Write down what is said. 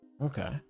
Okay